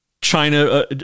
China